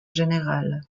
général